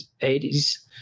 80s